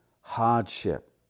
hardship